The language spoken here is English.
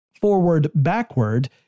forward-backward